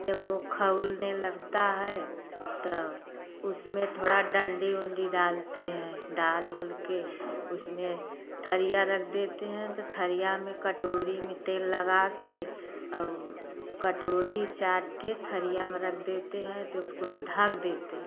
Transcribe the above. जब वो खौलने लगता है तो उसमें थोड़ा डंडी ओंडी डालते हैं डाल ओल के उसमें थरिया रख देते हैं तो थरिया में कटोरी में तेल लगा के और कटोरी चार ठे थरिया में रख देते हैं तो उसको ढक देते हैं